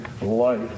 light